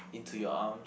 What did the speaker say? Into Your Arm